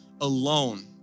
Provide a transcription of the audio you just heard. alone